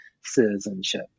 citizenship